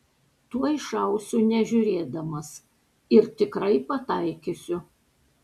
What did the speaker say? tuoj šausiu nežiūrėdamas ir tikrai pataikysiu